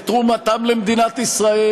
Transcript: את תרומתם למדינת ישראל,